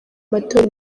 matora